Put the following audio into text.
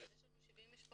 אז יש לנו 70 משפחות.